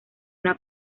una